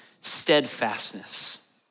steadfastness